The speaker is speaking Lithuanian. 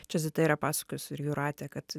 čia zita yra pasakojus ir jūratė kad